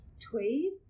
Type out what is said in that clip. tweed